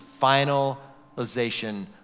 finalization